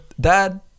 dad